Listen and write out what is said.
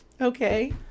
okay